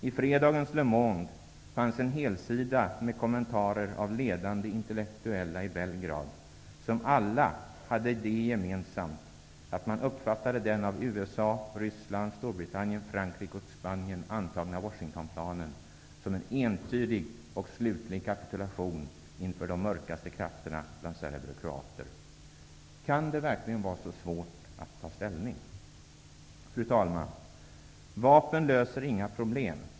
I fredagens Le Monde fanns en helsida med kommentarer av ledande intellektuella i Belgrad, som alla hade det gemensamt att de uppfattade den av USA, Ryssland, Storbritannien, Frankrike och Spanien antagna Washingtonplanen som en entydig och slutlig kapitulation inför de mörkaste krafterna bland serber och kroater. Kan det verkligen vara så svårt att ta ställning? Fru talman! Vapen löser inga problem.